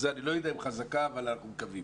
אני לא יודע אם חזקה אבל אנחנו מקווים.